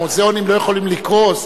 המוזיאונים לא יכולים לקרוס.